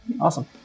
Awesome